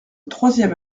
troisième